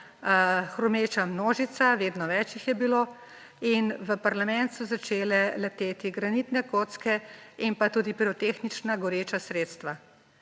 hrumeča množica, vedno več jih je bilo in v parlament so začele leteti granitne kocke in tudi pirotehnična goreča sredstva.